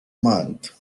month